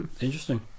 Interesting